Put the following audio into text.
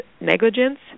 negligence